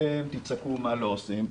אתם תצעקו מה לא עושים,